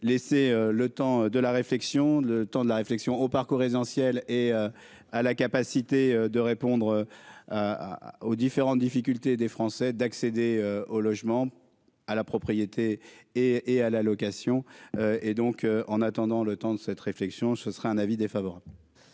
laisser le temps de la réflexion, le temps de la réflexion au parcours résidentiel et à la capacité de répondre aux différentes difficultés des Français d'accéder au logement, à la propriété et et à la location et donc en attendant, le temps de cette réflexion, ce serait un avis défavorable.